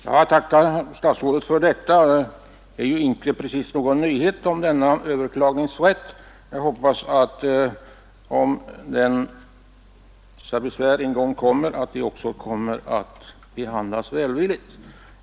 Herr talman! Jag tackar statsrådet för detta inlägg. Att det finns en överklagningsrätt är inte precis någon nyhet. Om besvär en gång kommer att anföras hoppas jag att de kommer att behandlas välvilligt.